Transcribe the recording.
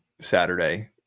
Saturday